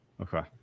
okay